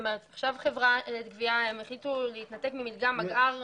נאמר, חברת גבייה החליטו להתנתק ממלגם, מגער,